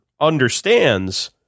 understands